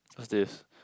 what's this